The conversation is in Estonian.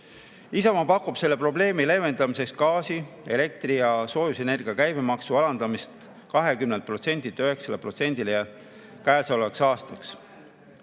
Isamaa pakub selle probleemi leevendamiseks gaasi, elektri- ja soojusenergia käibemaksu alandamist 20%-lt 9%-le käesolevaks aastaks.